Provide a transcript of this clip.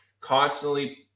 constantly